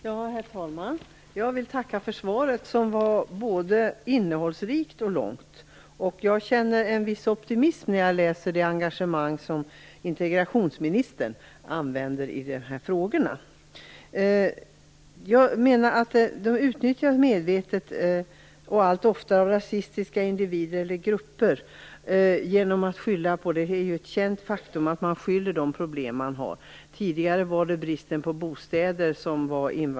Herr talman! Jag vill tacka för svaret, som var både innehållsrikt och långt. Jag känner en viss optimism när jag läser om integrationsministerns engagemang i dessa frågor. Rasistiska individer och grupper utnyttjar medvetet allt oftare situationen och skyller de problem man har på flyktingarna. Tidigare var det bristen på bostäder.